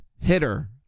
hitter